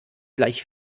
gleich